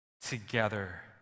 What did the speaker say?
together